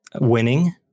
winning